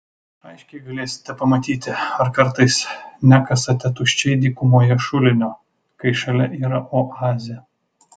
aiškiai galėsite pamatyti ar kartais nekasate tuščiai dykumoje šulinio kai šalia yra oazė